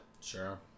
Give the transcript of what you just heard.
Sure